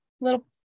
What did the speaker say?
little